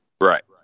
Right